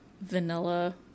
vanilla